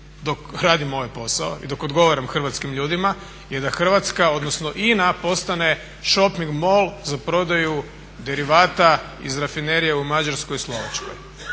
dok radim ovaj posao i dok odgovaram hrvatskim ljudima je da Hrvatska odnosno INA postane shoping MOL za prodaju derivata iz rafinerije u Mađarskoj i Slovačkoj